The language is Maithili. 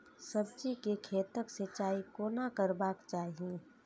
सब्जी के खेतक सिंचाई कोना करबाक चाहि?